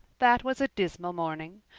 that was a dismal morning.